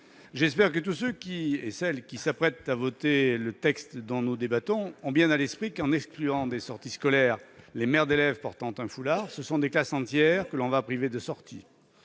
J'espère que tous ceux qui s'apprêtent à voter le texte dont nous débattons ont bien à l'esprit que, en excluant des sorties scolaires les mères d'élèves portant un foulard, ce sont des classes entières que l'on va priver de sortie.